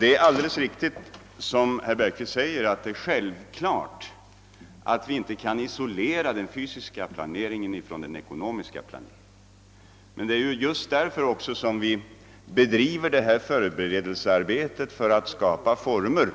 Det är alldeles riktigt, såsom herr Bergqvist säger, att vi självfallet inte kan isolera den fysiska planeringen från den ekonomiska. Men det är just därför som vi bedriver förberedelsearbetet för att skapa former